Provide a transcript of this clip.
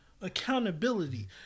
Accountability